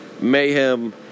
mayhem